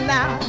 Now